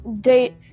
date